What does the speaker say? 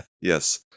Yes